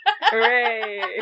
Hooray